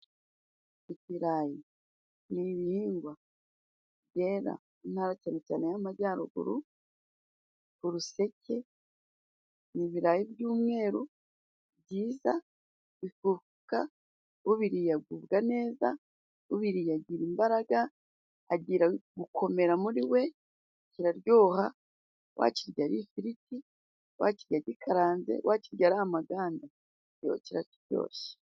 Ibirayi ni ibihingwa byera mu Ntara cyane cyane iy'Amajyaruguru. Uruseke ni ibirayi by'umweru byiza bifufuka, ubiriye agubwa neza, ubiriye agira imbaraga, agira gukomera muri we. Kiraryoha wakirya ari ifiriti, wakirya gikaranze, wakirya ari amaganda kiba kiryoshye.